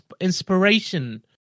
inspiration